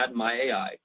MyAI